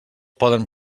poden